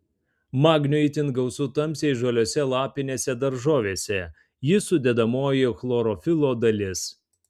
magnio itin gausu tamsiai žaliose lapinėse daržovėse jis sudedamoji chlorofilo dalis